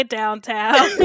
downtown